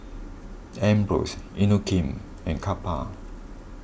Ambros Inokim and Kappa